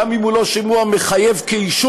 גם אם הוא לא שימוע מחייב כאישור,